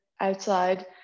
outside